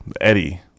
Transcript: eddie